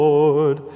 Lord